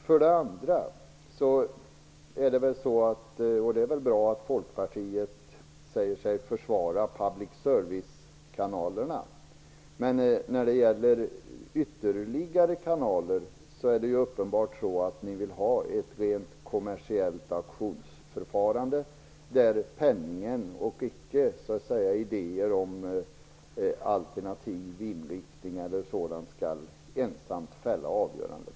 För det andra är det väl bra att Folkpartiet säger sig försvara public service-kanalerna, men när det gäller ytterligare kanaler är det uppenbart så att ni vill ha ett rent kommersiellt auktionsförfarande, där penningen och icke idéer om alternativ inriktning eller sådant skall ensamt fälla avgörandet.